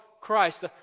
Christ